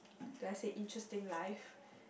let's say interesting life